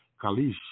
Kalish